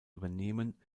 übernehmen